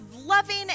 loving